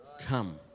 come